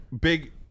big